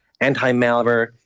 anti-malware